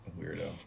weirdo